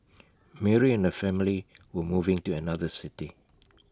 Mary and her family were moving to another city